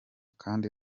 kandi